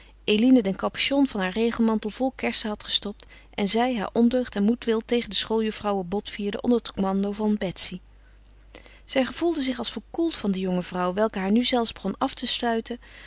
eline den capuchon van haar regenmantel vol kersen had gestopt en zij haar ondeugd en moedwil tegen de schooljuffrouwen botvierden onder het commando van betsy zij gevoelde zich als verkoeld van de jonge vrouw welke haar nu zelfs begon af te stuiten